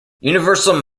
universal